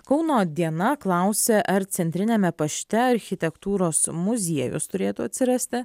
kauno diena klausė ar centriniame pašte architektūros muziejus turėtų atsirasti